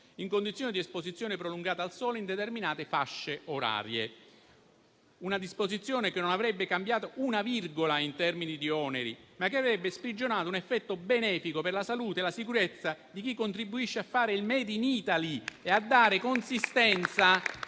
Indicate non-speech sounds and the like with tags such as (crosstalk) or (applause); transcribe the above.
in condizioni di esposizione prolungata al sole in determinate fasce orarie: una disposizione che non avrebbe cambiato una virgola in termini di oneri, ma che avrebbe sprigionato un effetto benefico per la salute e la sicurezza di chi contribuisce a fare il *made in Italy* (applause) e a dare consistenza